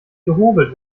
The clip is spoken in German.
gehobelt